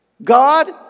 God